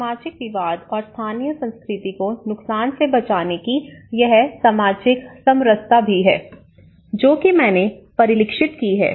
सामाजिक विवाद और स्थानीय संस्कृति को नुकसान से बचाने की यह सामाजिक समरसता भी है जो कि मैंने परिलक्षित की है